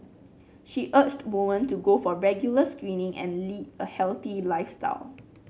she urged women to go for regular screening and lead a healthy lifestyle